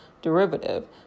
derivative